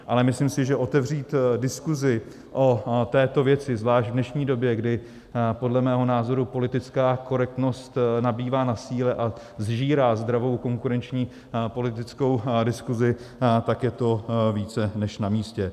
Ale myslím si, že otevřít diskusi o této věci, zvlášť v dnešní době, kdy podle mého názoru politická korektnost nabývá na síle a sžírá zdravou konkurenční a politickou diskusi, tak je to více než namístě.